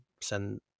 Send